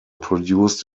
produced